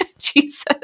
Jesus